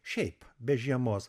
šiaip be žiemos